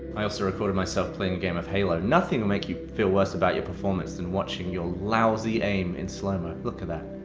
i also recorded myself playing a game of halo. nothing will make you feel worse about your performance than watching your lousy aim in slow mo, look at that.